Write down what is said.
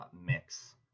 mix